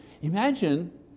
imagine